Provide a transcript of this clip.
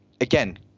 again